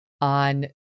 on